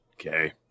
Okay